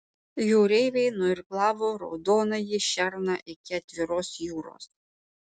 jūreiviai nuirklavo raudonąjį šerną iki atviros jūros